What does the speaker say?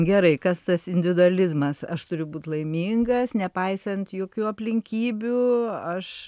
gerai kas tas individualizmas aš turiu būt laimingas nepaisant jokių aplinkybių aš